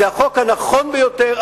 זה החוק הנכון ביותר,